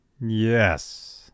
Yes